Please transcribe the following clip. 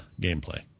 gameplay